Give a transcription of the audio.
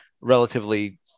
relatively